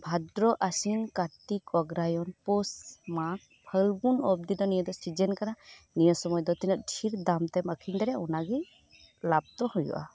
ᱵᱷᱟᱫᱨᱚ ᱟᱥᱤᱱ ᱠᱟᱹᱨᱛᱤᱠ ᱚᱜᱨᱟᱭᱚᱱ ᱯᱳᱥ ᱢᱟᱜᱽ ᱯᱷᱟᱹᱜᱩᱱ ᱚᱵᱫᱤ ᱱᱤᱭᱟᱹ ᱫᱚ ᱥᱤᱡᱮᱱ ᱠᱟᱱᱟ ᱱᱤᱭᱟᱹ ᱥᱳᱢᱚᱭ ᱫᱚ ᱛᱤᱱᱟᱜ ᱰᱷᱤᱨ ᱫᱟᱢᱛᱮᱢ ᱟᱹᱠᱷᱨᱤᱧ ᱫᱟᱲᱮᱭᱟᱜᱼᱟ ᱚᱱᱟ ᱜᱮ ᱞᱟᱵ ᱫᱚ ᱦᱩᱭᱩᱜᱼᱟ